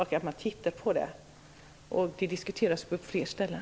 Man tittar på frågan. Den diskuteras på fler ställen.